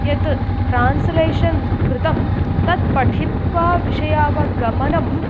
यत् ट्रान्स्लेशन् कृतं तत् पठित्वा विषयावगमनं